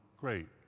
great